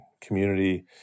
community